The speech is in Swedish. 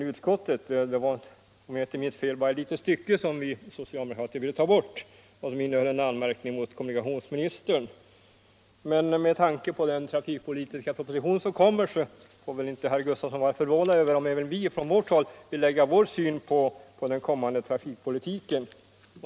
Om jag inte minns fel var det bara ett litet stycke som vi socialdemokrater ville ta bort, vilket innehöll en anmärkning mot kommunikationsministern. Men med tanke på den trafikpolitiska proposition som kommer får väl herr Gustafson inte vara förvånad om även vi från vårt håll vill lägga vår syn på den kommande trafikpolitiken.